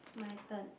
my turn